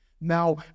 Now